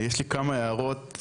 יש לי כמה הערות,